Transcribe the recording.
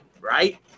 right